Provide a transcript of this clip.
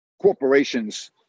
corporations